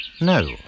No